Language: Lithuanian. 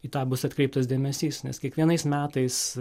į tą bus atkreiptas dėmesys nes kiekvienais metais